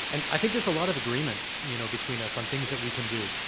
and i think there's a lot of agreement you know betw een us on things that we can do.